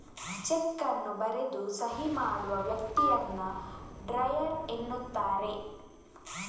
check ಅನ್ನು ಬರೆದು ಸಹಿ ಮಾಡುವ ವ್ಯಕ್ತಿಯನ್ನ ಡ್ರಾಯರ್ ಎನ್ನುತ್ತಾರೆ